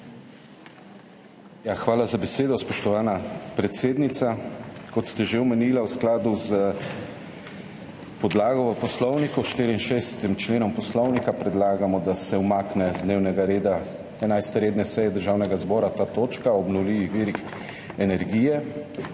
Hvala za besedo, spoštovana predsednica. Kot ste že omenili, v skladu s podlago v poslovniku, 64. členom Poslovnika predlagamo, da se umakne z dnevnega reda 11. redne seje Državnega zbora ta točka o obnovljivih virih energije.